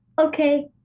okay